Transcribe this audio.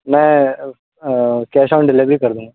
मैं cash on delivery कर दूँगा